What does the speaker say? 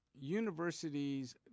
universities